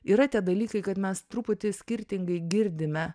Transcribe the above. yra tie dalykai kad mes truputį skirtingai girdime